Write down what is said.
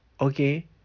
okay